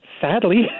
Sadly